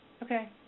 Okay